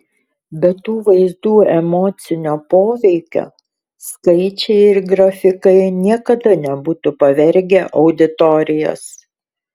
be tų vaizdų emocinio poveikio skaičiai ir grafikai niekada nebūtų pavergę auditorijos